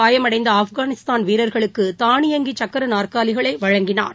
காயமடைந்த ஆப்கானிஸ்தான் வீரர்களுக்கு தானியங்கி சர்க்கர நாற்காலிகளை வழங்கினார்